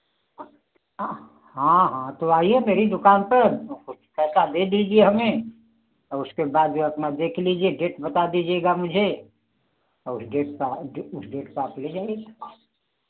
हाँ हाँ तो आईए मेरी दुकान पर और कुछ पैसा दे दीजिए हमें और उसके बाद जो अपना देख लीजिए डेट बता दीजिएगा मुझे आ उस डेट पर आए डे उस डेट पर आप ले जाईए